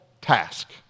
task